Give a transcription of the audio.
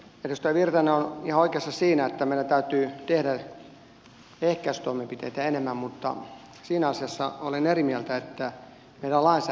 edustaja virtanen on ihan oikeassa siinä että meidän täytyy tehdä ehkäisytoimenpiteitä enemmän mutta siinä asiassa olen eri mieltä että meidän lainsäädäntömme on liian lepsu